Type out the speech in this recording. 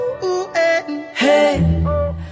Hey